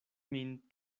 min